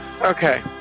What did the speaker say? Okay